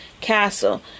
castle